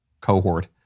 cohort